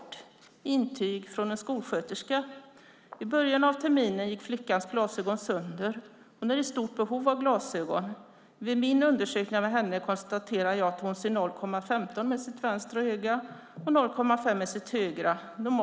Först är det ett intyg från en skolsköterska: "I början av terminen gick flickans glasögon sönder och hon är i stort behov av glasögon. Vid min undersökning av henne konstaterar jag att hon ser 0,15 med sitt vänstra öga och 0,5 med sitt högra öga.